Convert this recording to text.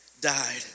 died